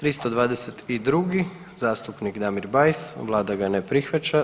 322. zastupnik Damir Bajs, vlada ga ne prihvaća.